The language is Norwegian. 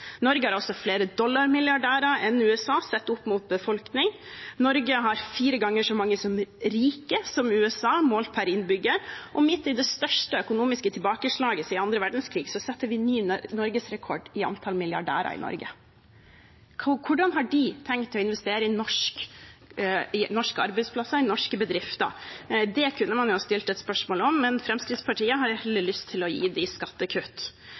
Norge har også flere dollarmilliardærer enn USA sett opp mot befolkning, Norge har fire ganger så mange rike som USA målt per innbygger, og midt i det største økonomiske tilbakeslaget siden andre verdenskrig setter vi ny rekord i antall milliardærer i Norge. Hvordan har de tenkt å investere i norske arbeidsplasser, i norske bedrifter? Det kunne man jo ha stilt et spørsmål om, men Fremskrittspartiet har heller lyst til å gi dem skattekutt.